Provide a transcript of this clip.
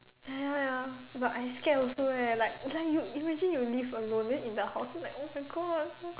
ya ya ya but I scared also eh like like you imagine you live alone then in the house like oh my God